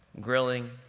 grilling